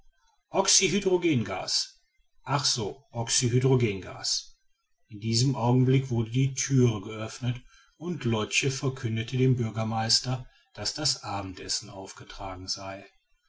oxy oxyhydrogengas also oxyhydrogengas in diesem augenblick wurde die thüre geöffnet und lotch verkündete dem bürgermeister daß das abendessen aufgetragen sei